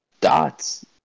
dots